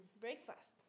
breakfast